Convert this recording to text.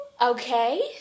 Okay